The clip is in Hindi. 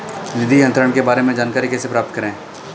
निधि अंतरण के बारे में जानकारी कैसे प्राप्त करें?